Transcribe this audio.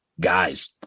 guys